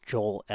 Joel